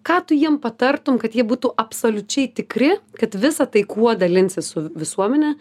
ką tu jiem patartum kad jie būtų absoliučiai tikri kad visa tai kuo dalinsis su visuomene